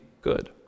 good